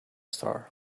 star